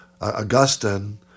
augustine